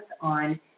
on